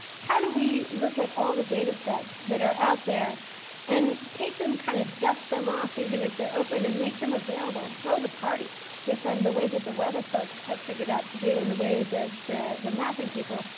how do we look at all the data sets that are out there and take them, kind of dust them off even if they're open and make them available, throw the party with them the way that the weather folks have figured out to do in the way that the the mapping people.